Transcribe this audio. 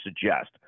suggest